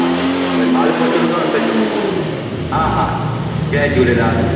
हा पहिरियों माल पहुचदो त पेसा हा हा जय झूलेलाल